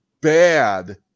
bad